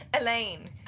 Elaine